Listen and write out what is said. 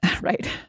Right